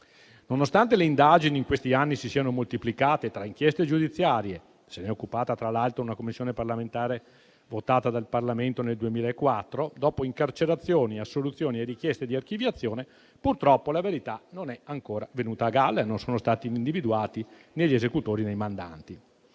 Nonostante le indagini in questi anni si siano moltiplicate, tra inchieste giudiziarie e una Commissione parlamentare votata dal Parlamento nel 2004, dopo incarcerazioni, assoluzioni e richieste di archiviazione, purtroppo la verità non è ancora venuta a galla e non sono stati individuati né gli esecutori né i mandanti.